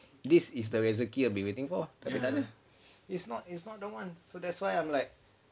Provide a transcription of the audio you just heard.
this is the rezeki I've been waiting for ya ke tak it's not it's not the one so that's why I'm like